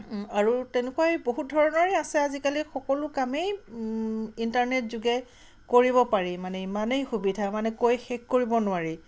আৰু তেনেকুৱাই বহুত ধৰণৰেই আছে আজিকালি সকলো কামেই ইণ্টাৰনেট যোগে কৰিব পাৰি মানে ইমানেই সুবিধা মানে কৈ শেষ কৰিব নোৱাৰি